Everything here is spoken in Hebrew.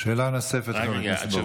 שאלה נוספת לחבר הכנסת ברוכי.